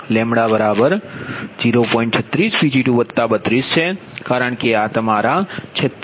36Pg232 છે કારણ કે આ તમારા 46